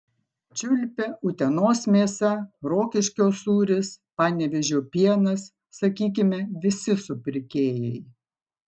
čiulpia utenos mėsa rokiškio sūris panevėžio pienas sakykime visi supirkėjai